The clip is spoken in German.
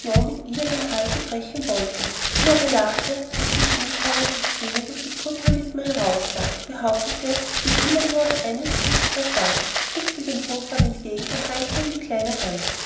mit ida die hälse brechen wollten sie aber lachte daß die schneeperlen der zähne durch die purpurlippen heraussahen behauptete sich immer nur auf eine tour zu versagen hüpfte dem hofrat entgegen und reichte ihm die kleine hand